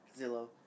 Zillow